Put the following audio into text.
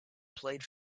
played